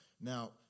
Now